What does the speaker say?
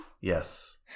yes